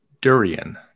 Durian